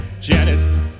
Janet